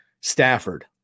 Stafford